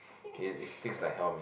it it stinks like hell man